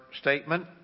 statement